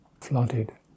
flooded